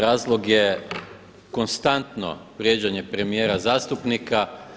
Razlog je konstantno vrijeđanje premijera, zastupnika.